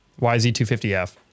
YZ250F